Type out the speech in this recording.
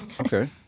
Okay